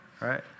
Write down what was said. right